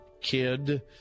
kid